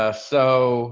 ah so